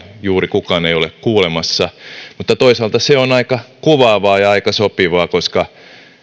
juuri kukaan ei ole kuulemassa mutta toisaalta se on aika kuvaavaa ja aika sopivaa koska